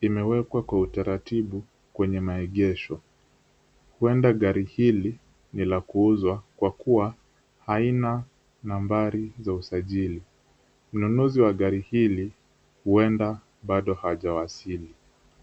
imewekwa kwa utaratibu kwenye maegesho , huenda gari hili ni la kuuzwa kwa kua haina nambari za usajili. Mnunuzi wa gari hili huenda bado hajawasili.